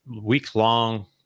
week-long